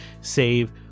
save